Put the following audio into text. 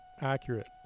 accurate